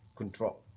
control